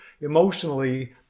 emotionally